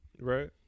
Right